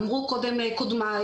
אמרו קודם קודמיי,